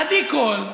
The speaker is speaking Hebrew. עדי קול,